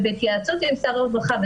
ובהתייעצות עם שר הרווחה.